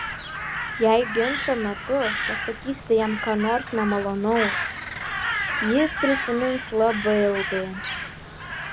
jei ginčo metu pasakysite jam ką nors nemalonaus jis prisimins labai ilgai